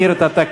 מכיר את התקנון,